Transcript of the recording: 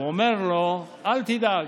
הוא אומר לו: אל תדאג,